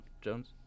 Jones